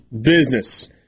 business